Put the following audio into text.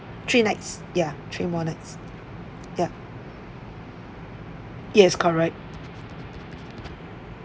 three nights ya three more nights yup yes correct